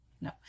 No